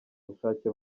bushake